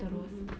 mmhmm